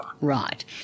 Right